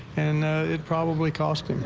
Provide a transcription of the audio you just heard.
and it probably cost.